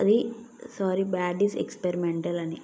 అవి సారీ బ్యాడిస్ ఎక్సపెరిమెంటల్ అని